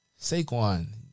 Saquon